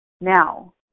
Now